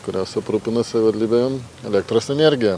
kurios aprūpina savivaldybę elektros energija